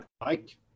Mike